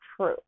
true